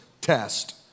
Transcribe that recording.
test